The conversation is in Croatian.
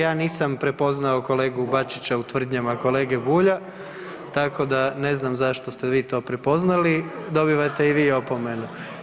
Ja nisam prepoznao kolegu Bačića u tvrdnjama kolege Bulja, tako da ne znam zašto ste vi to prepoznali, dobivate i vi opomenu.